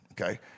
Okay